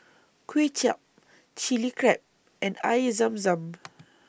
Kuay Chap Chilli Crab and Air Zam Zam